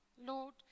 Lord